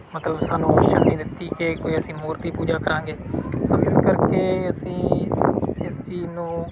ਮਤਲਬ ਸਾਨੂੰ ਓਪਸ਼ਨ ਨਹੀਂ ਦਿੱਤੀ ਕਿ ਅਸੀਂ ਮੂਰਤੀ ਪੂਜਾ ਕਰਾਂਗੇ ਸੋ ਇਸ ਕਰਕੇ ਅਸੀਂ ਇਸ ਚੀਜ਼ ਨੂੰ